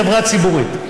היא חברה ציבורית,